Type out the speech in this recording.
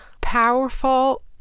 powerful